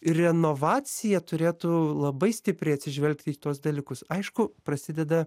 renovacija turėtų labai stipriai atsižvelgti į tuos dalykus aišku prasideda